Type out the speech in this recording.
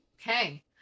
okay